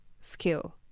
skill